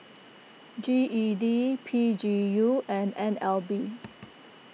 G E D P G U and N L B